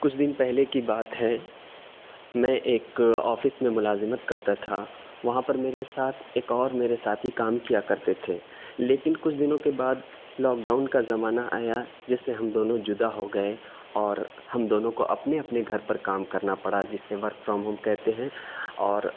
کچھ دن پہلے کی بات ہے میں ایک آفس میں ملازمت کرتا تھا وہاں پر میرے ساتھ ایک اور میرے ساتھی کام کیا کرتے تھے لیکن کچھ دنوں کے بعد لاک ڈاؤن کا زمانہ آیا جس سے ہم دونوں جدا ہو گئے اور ہم دونوں کو اپنے اپنے گھر پر کام کرنا پڑا جسے ورک فرام ہوم کہتے ہیں اور